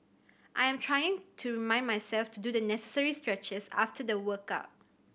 I am trying to remind myself to do the necessary stretches after the workout